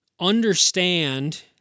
understand